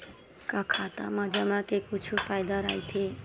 का खाता मा जमा के कुछु फ़ायदा राइथे?